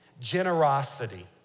Generosity